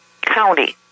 county